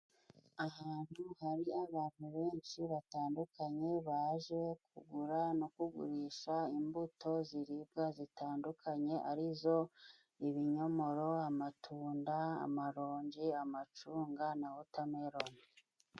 Ahantu hari abantu benshi batandukanye, baje kugura no kugurisha imbuto ziribwa zitandukanye arizo ibinyomoro, amatunda, amaronji, amacunga na wotamerone.